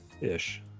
ish